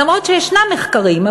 למרות שישנם מחקרים,